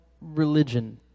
religion